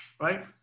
right